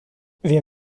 wir